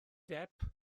depp